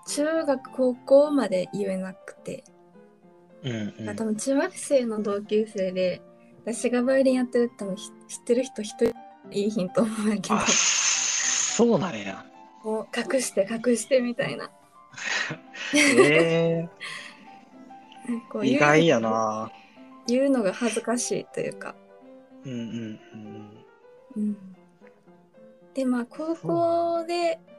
中学、高校まで言えなくて。うんうん。まあ、多分中学生の同級生で、私がバイオリンやってるって多分ひ- 知ってる人一人いいひんと思うんやけど。あ、そうなんや。もう隠して隠してみたいな。 えー。こう言う-意外やな。言うのが恥ずかしいというか。うんうんうん。うん。で、まあ、高校でそうなんや。